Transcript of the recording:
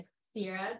Sierra